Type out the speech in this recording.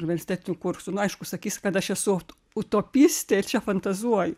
universitetinių kursų nu aišku sakys kad aš esu utopistė ir čia fantazuoju